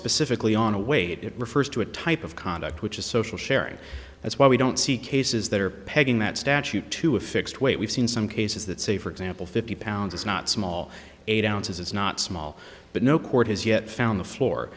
specifically on a weight it refers to a type of conduct which is social sharing that's why we don't see cases that are pending that statute to a fixed way we've seen some cases that say for example fifty pounds is not small eight ounces it's not small but no court has yet found the floor